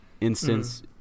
instance